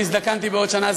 שהזדקנתי בעוד שנה,